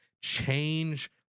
change